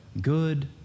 good